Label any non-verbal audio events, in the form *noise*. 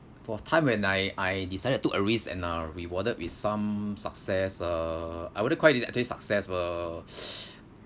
for a time when I I decided took a risk and uh rewarded with some success uh I wouldn't quite actually success uh *breath*